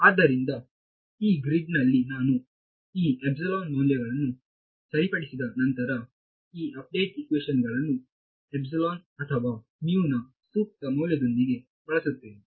ಆದ್ದರಿಂದಈ ಗ್ರಿಡ್ನಲ್ಲಿ ನಾನು ಈ ಮೌಲ್ಯಗಳನ್ನು ಸರಿಪಡಿಸಿದ ನಂತರ ಈ ಅಪ್ಡೇಟ್ ಇಕ್ವೇಶನ್ ಗಳನ್ನು ಎಪ್ಸಿಲಾನ್ ಅಥವಾ ಮ್ಯು ನ ಸೂಕ್ತ ಮೌಲ್ಯದೊಂದಿಗೆ ಬಳಸುತ್ತೇನೆ